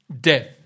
Death